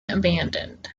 abandoned